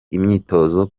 imyitozo